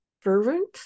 fervent